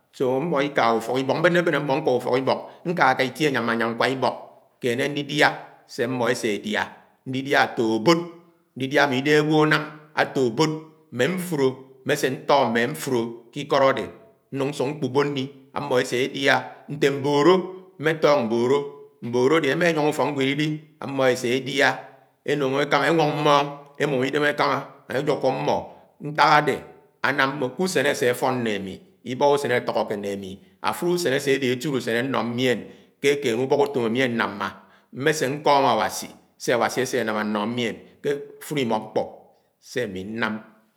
So ámọ ikáhá úfọk-ubok, mbénébén ámó ñká ufọk- ibọk, ñkáká itie enyama ñkwa ibọk kéné ndidia sé amó esédiá ndidiá afo abód ndidia ami idéhé agwo anám afi abod, mmese ñto mme fúń ke ikód adé nenag ñsúk nkpábó nli amọ esedia, nte mbolo mme tóng mbóló, mbóló ade emá nyóng úfọknwéd eli mmo esedia enúng ekama enwọng Nmóng emum idém ekámá ánye ájukó amo. Nták ade anám mo ku-úsén ase afón né ami ibaha usen atọhọ ke né ami. Afúló usén ase adé eti usen anno mien ke kéné ubọkutóm amu ánámá. Mmésé nkọm Awasi se Awasi ase anam ano mien ké afúri imọ ñkpọ se ami nám